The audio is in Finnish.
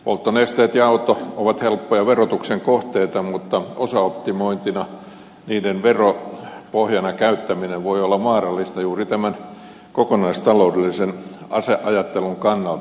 polttonesteet ja auto ovat helppoja verotuksen kohteita mutta osaoptimointina niiden veropohjana käyttäminen voi olla vaarallista juuri tämän kokonaistaloudellisen ajattelun kannalta